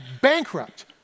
bankrupt